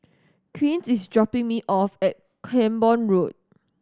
Quint is dropping me off at Camborne Road